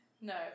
No